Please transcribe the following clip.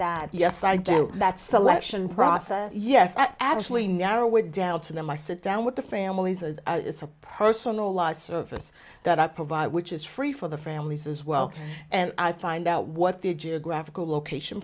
that yes i guess that selection process yes ashley narrow it down to them i sit down with the families and it's a personalized service that i provide which is free for the families as well and i find out what the geographical location